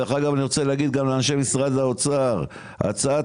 אני רוצה להגיד גם לאנשי משרד האוצר שהצעת